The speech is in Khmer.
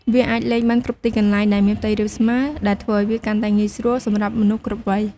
វាអាចលេងបានគ្រប់ទីកន្លែងដែលមានផ្ទៃរាបស្មើ ដែលធ្វើឱ្យវាកាន់តែងាយស្រួលសម្រាប់មនុស្សគ្រប់វ័យ។